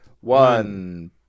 one